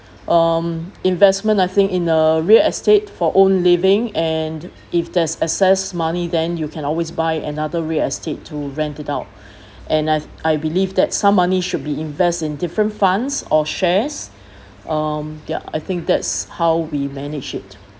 um investment I think in a real estate for own living and if there's excess money then you can always buy another real estate to rent it out and I I believe that some money should be invest in different funds or shares um ya I think that's how we manage it